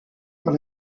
par